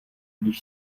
když